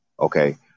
Okay